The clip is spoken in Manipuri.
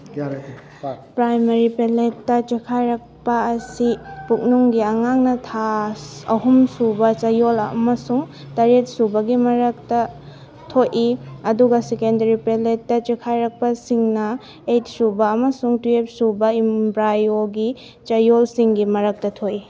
ꯄ꯭ꯔꯥꯏꯃꯥꯔꯤ ꯄꯦꯂꯦꯠꯇ ꯆꯦꯛꯈꯥꯏꯔꯛꯄ ꯑꯁꯤ ꯄꯨꯛꯅꯨꯡꯒꯤ ꯑꯉꯥꯡꯅ ꯊꯥ ꯑꯍꯨꯝ ꯁꯨꯕ ꯆꯌꯣꯜ ꯑꯃꯁꯨꯡ ꯇꯔꯦꯠ ꯁꯨꯕꯒꯤ ꯃꯔꯛꯇ ꯊꯣꯛꯏ ꯑꯗꯨꯒ ꯁꯦꯀꯦꯟꯗꯔꯤ ꯄꯦꯂꯦꯠꯇ ꯆꯦꯛꯈꯥꯏꯔꯛꯄꯁꯤꯡꯅ ꯑꯦꯠ ꯁꯨꯕ ꯑꯃꯁꯨꯡ ꯇꯨꯌꯦꯞ ꯁꯨꯕ ꯏꯝꯕ꯭ꯔꯥꯏꯌꯣꯒꯤ ꯆꯌꯣꯜꯁꯤꯡꯒꯤ ꯃꯔꯛꯇ ꯊꯣꯛꯏ